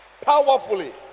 Powerfully